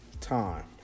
time